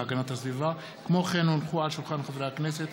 כי הונחו היום על שולחן הכנסת,